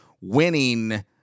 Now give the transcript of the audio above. winning